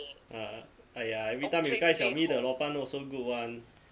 ah !aiya! everytime you gai siau me the lobang also good [one]